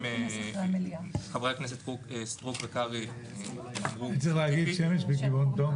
שבהן חברי הכנסת סטרוק וקרעי ביקשו רוויזיה.